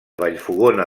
vallfogona